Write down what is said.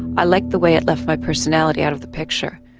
i liked the way it left my personality out of the picture,